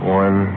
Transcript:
one